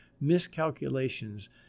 miscalculations